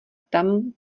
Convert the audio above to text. tam